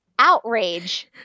outrage